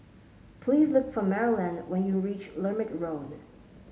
please look for Maryellen when you reach Lermit Road